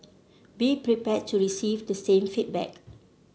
be prepared to receive the same feedback